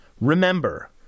Remember